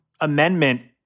amendment